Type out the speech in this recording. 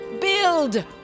Build